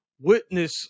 witness